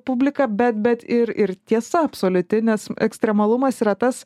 publiką bet bet ir ir tiesa absoliuti nes ekstremalumas yra tas